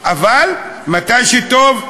אבל מתי שטוב,